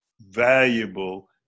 valuable